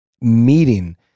meeting